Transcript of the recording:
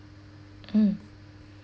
mm